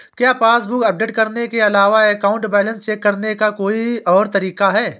क्या passbook update करने के अलावा अकाउंट बैलेंस चेक करने का कोई और तरीका है?